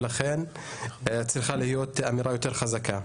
ולכן צריכה להיות אמירה יותר חזקה.